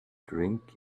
drink